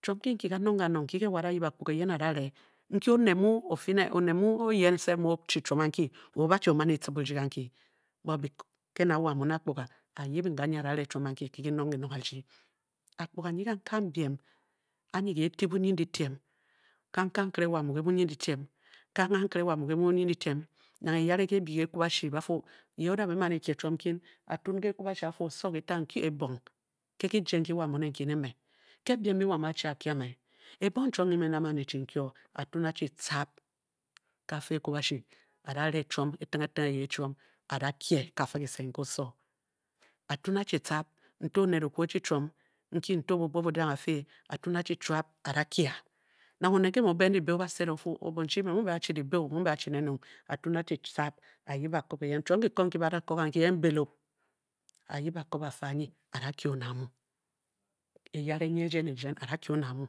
Chiom nki kii kanong kanong nki nke wo a-da yip akpug a eyen a-da re nki oned mua oyen sef mu o-chi chiom auke, o-o bachi o-man e-tcib o-rdi kanki bot ke na wo onmu ne akpuga a-yibing ganyi a-da re chiom anki nki kinong-kinong a-rdi akpuga nyi kankang biem, anyi keh ti bunyindyitiem kangkang nkere wo a-mu ke bunyindyitiem, kangkang nkere wo a-mu ke bunyindyitiem nang eyere nke e-bii ke ekwabashi ba fu ye o-da me man e-kyi chiom nkin a-tun ke ekwabashi a-fu oso kita nkye o ebong ke kijě nki wo a-mu ne nki ne me, ke biem mbi wo a-mu a-chi a-kyi a me ebong chiom nki me nda man e-chi n kye e, a-tun achi tcaab ka fa ekwabashi a-da re chiom nki tingle tingle a-da kye ka fa kise nke oso a-tun achi tcaab nto oned o-kwu o chi chiom nki bubuo buda-a fi a-hin achi tcab a-da kye a. Nang oned nke mu o-beng dyibe o-ba o-sed o o-fu o, bonchi mme nmu mbe ba chi dyibe o. mmu mbe a-chi nen o, a-tun achi tcab a-yib bakobo eyen chiom nki ko nki ba da ko kanki enbelope a-yip bakobo a-fe anyi, a-da kye oned amu eyare nyi a-da kye oned amu eyare nyi erdien erdien a-da kyi ónéd a mu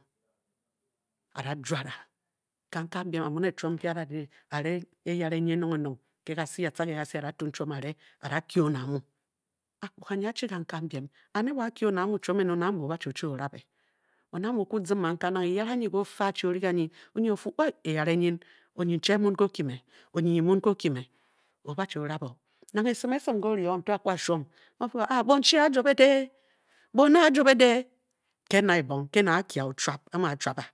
a-da juare a, kangkang biem a-mu ne chiom nki a-de re a-re eyare nyi enung-enung ke gasi, a-tca ke kase a-da tun chiom a-re a-da kyi oned amu chiom ene oned amue o-o ba chio-chi o e-ràbé oned amu o-kwu o zim kangkang nang eyare anyi nke o-fe achi o-ri ganyi, o-nyid o-fu e ey, eyare nyin, onyicheng mun o-kìmè, o-o ba chi o-rabo, nang esim esim nke o-fu aa bonchi a-juobe de, bone a-juobe de, ke na ebong ke na a-kyi a ochuab, a-mu a-chuab a.